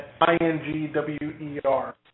I-N-G-W-E-R